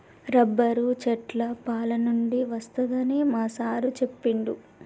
rubber చెట్ల పాలనుండి వస్తదని మా సారు చెప్పిండు